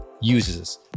uses